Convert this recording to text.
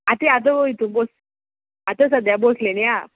आतां आतां हितू भोस आतां सद्या भोसलेन या